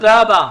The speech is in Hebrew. תודה רבה.